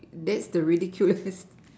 that's the ridiculous